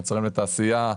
מוצרים לתעשייה,